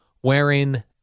wherein